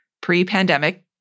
pre-pandemic